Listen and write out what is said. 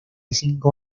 cinco